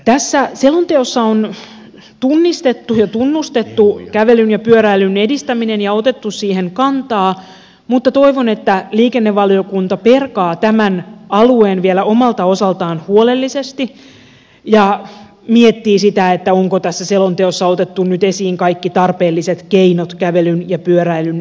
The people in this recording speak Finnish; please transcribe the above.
tässä selonteossa on tunnistettu ja tunnustettu kävelyn ja pyöräilyn edistäminen ja otettu siihen kantaa mutta toivon että liikennevaliokunta perkaa tämän alueen vielä omalta osaltaan huolellisesti ja miettii sitä onko tässä selonteossa otettu nyt esiin kaikki tarpeelliset keinot kävelyn ja pyöräilyn edistämiseksi